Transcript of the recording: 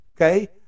okay